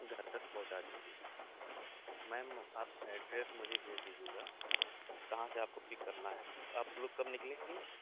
گھر تک پہنچا دیں گے میم آپ ایڈریس مجھے بھیج دیجیے گا کہاں سے آپ کو پک کرنا ہے آپ لوگ کب نکلیں گے